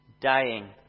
dying